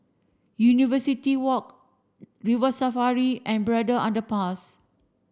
University Walk River Safari and Braddell Underpass